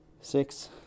six